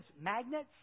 magnets